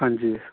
ਹਾਂਜੀ